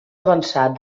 avançat